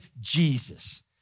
Jesus